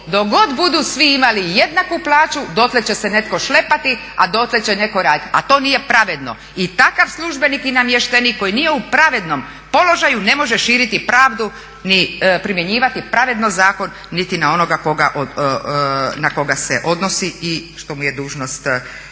god budu svi imali jednaku plaću dotle će se netko šlepati a dotle će netko raditi a to nije pravedno i takav službenik i namještenik koji nije u pravednom položaju ne može širiti pravdu ni primjenjivati pravedno zakon niti na onoga na koga se odnosi i što mu je dužnost